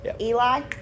Eli